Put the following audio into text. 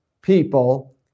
people